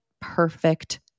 perfect